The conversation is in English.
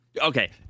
okay